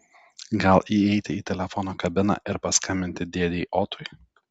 gal įeiti į telefono kabiną ir paskambinti dėdei otui